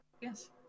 yes